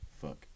fuck